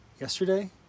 Yesterday